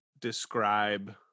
describe